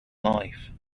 life